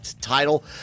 title